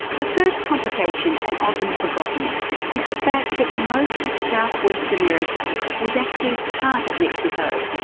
the first complication and often forgotten is the fact that most of south-west america was actually part of mexico.